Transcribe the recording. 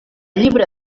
llibre